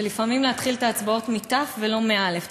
ולפעמים להתחיל את ההצבעות מתי"ו ולא מאל"ף.